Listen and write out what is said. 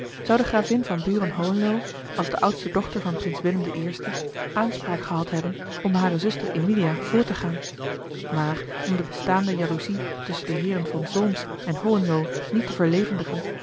de gravin van buren hohenlo als oudste dochter van prins willem i aanspraak gehad hebben om hare zuster emilia voor te gaan maar om de bestaande jaloezie tusschen de heeren von solms en hohenlo niet te